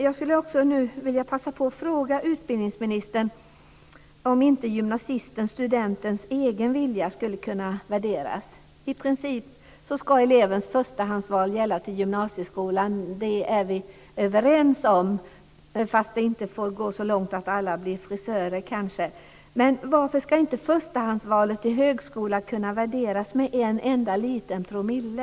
Jag skulle också vilja passa på att fråga utbildningsministern om inte gymnasistens eller studentens egen vilja skulle kunna värderas mera. I princip ska elevens förstahandsval gälla till gymnasieskolan. Det är vi överens om, även om det kanske inte får gå så långt att alla blir frisörer. Men varför ska inte förstahandsvalet till högskolan kunna uppvärderas med en enda liten promille?